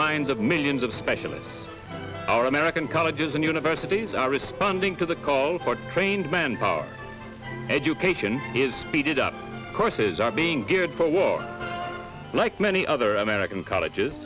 minds of millions of specialists our american colleges and universities are responding to the call for trained manpower education is speeded up courses are being geared for war like many other american colleges